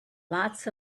lots